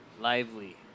lively